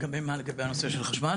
לגבי הנושא של החשמל?